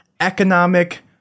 Economic